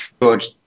George